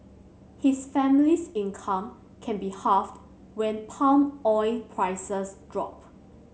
his family's income can be halved when palm oil prices drop